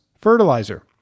fertilizer